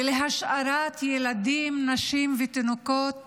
ובהשארת ילדים, נשים ותינוקות